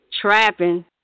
trapping